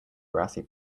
grassy